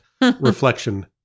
Reflection